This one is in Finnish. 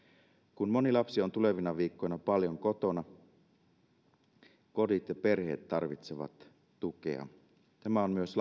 kun moni lapsi on tulevina viikkoina paljon kotona kodit ja perheet tarvitsevat tukea tämä on myös